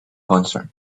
concert